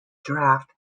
draft